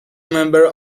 member